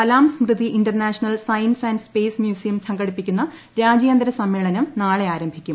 Kalam Smriti international science and space museum സംഘടിപ്പിക്കുന്ന രാജ്യാന്തര സമ്മേളനം നാളെ ആരംഭിക്കും